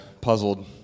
puzzled